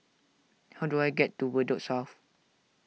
how do I get to Bedok South